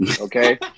Okay